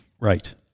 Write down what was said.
Right